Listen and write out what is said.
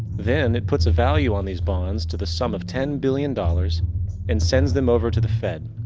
then it puts a value on these bonds to the sum of ten billion dollars and sends them over to the fed.